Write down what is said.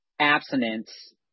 abstinence